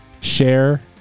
share